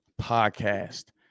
podcast